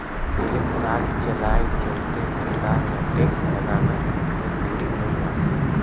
देस, राज चलाए चलते सरकार ल टेक्स लगाना मजबुरी होय जाथे